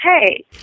Hey